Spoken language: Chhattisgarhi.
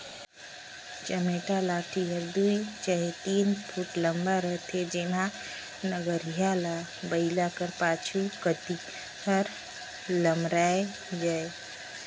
चमेटा लाठी हर दुई चहे तीन फुट लम्मा रहथे जेम्हा नगरिहा ल बइला कर पाछू कती हर लमराए जाए